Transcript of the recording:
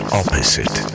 opposite